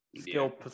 skill